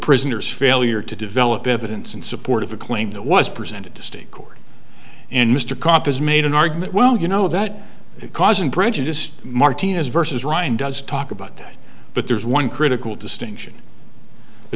prisoner's failure to develop evidence in support of a claim that was presented to state court and mr kopp has made an argument well you know that because i'm prejudiced martinez versus ryan does talk about that but there's one critical distinction the